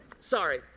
sorry